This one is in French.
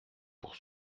pour